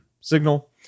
signal